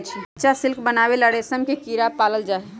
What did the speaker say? कच्चा सिल्क बनावे ला रेशम के कीड़ा पालल जाई छई